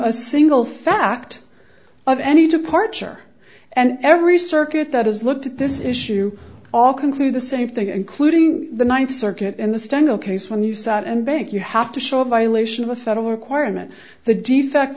a single fact of any departure and every circuit that has looked at this issue all conclude the same thing including the th circuit and the stengel case when you sat and bank you have to show a violation of a federal requirement the defect